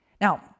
Now